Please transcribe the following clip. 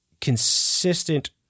consistent